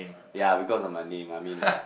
ya because of my name I mean like